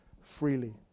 freely